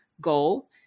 goal